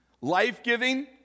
life-giving